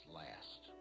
last